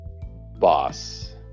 boss